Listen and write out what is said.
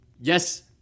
Yes